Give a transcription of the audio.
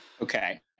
okay